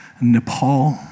Nepal